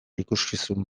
ikuskizun